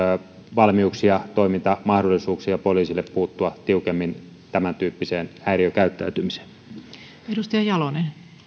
valmiuksia toimintamahdollisuuksia poliisille puuttua tiukemmin myös tämäntyyppiseen häiriökäyttäytymiseen